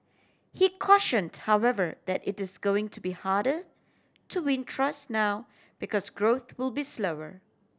he cautioned however that it is going to be harder to win trust now because growth will be slower